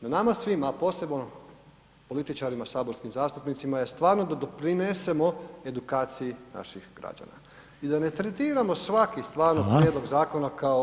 No nama svima, a posebno političarima saborskim zastupnicima je stvarno da doprinesemo edukaciji naših građana i da ne tretiramo svaki stvarni [[Upadica Reiner: Hvala.]] prijedlog zakona kao populistički.